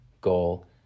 goal